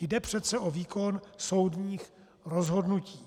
Jde přece o výkon soudních rozhodnutí.